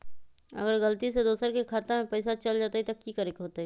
अगर गलती से दोसर के खाता में पैसा चल जताय त की करे के होतय?